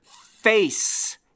face